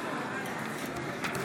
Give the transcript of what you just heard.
אני רוצה להקריא משהו.